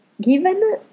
given